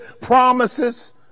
promises